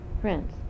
Prince